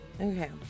okay